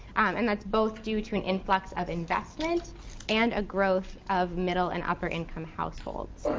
and that's both due to an influx of investment and a growth of middle and upper income households.